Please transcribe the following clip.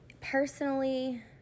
personally